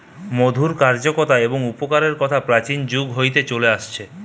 মধুর কার্যকতা এবং উপকারের কথা প্রাচীন যুগ হইতে চলে আসেটে